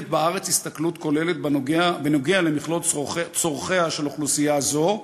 בארץ הסתכלות כוללת בנוגע למכלול צרכיה של אוכלוסייה זו.